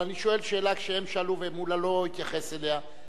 אבל אני שואל שאלה שהם שאלו ומולה לא התייחס אליה.